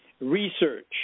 research